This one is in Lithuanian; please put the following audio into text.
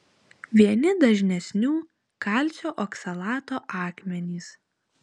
vieni dažnesnių kalcio oksalato akmenys